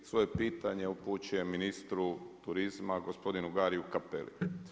Svoje pitanje upućujem ministru turizma gospodinu Gariju Cappelli.